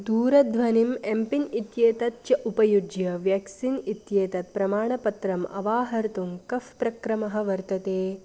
दूरध्वनिम् M PIN इत्येतत् च उपयुज्य व्याक्सिन् इत्येतत् प्रमाणपत्रम् अवाहर्तुं कः प्रक्रमः वर्तते